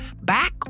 back